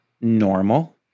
normal